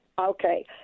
Okay